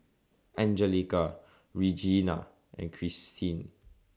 Anjelica Regena and Christene